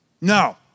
No